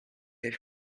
have